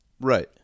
Right